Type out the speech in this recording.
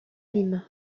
lima